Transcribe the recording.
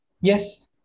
Yes